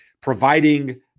providing